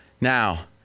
Now